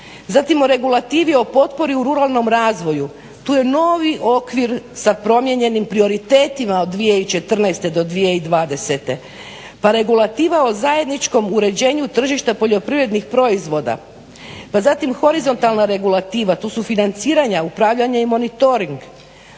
Zatim o regulativi o potpori u ruralnom razvoju. Tu je novi okvir sa promijenjenim prioritetima od 2014. do 2020. Pa regulativa o zajedničkom uređenju tržišta poljoprivrednih proizvoda, pa zatim horizontalna regulativa. Tu su financiranja, upravljanja i monitoring.